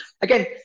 Again